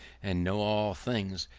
and know all things,